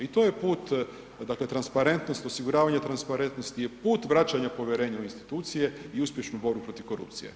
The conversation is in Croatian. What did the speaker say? I to je put, dakle transparentnost, osiguravanje transparentnosti je put vraćanja povjerenja u institucije i uspješnU borbe protiv korupcije.